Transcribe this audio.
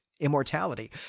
immortality